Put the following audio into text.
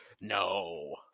No